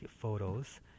photos